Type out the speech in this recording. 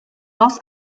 los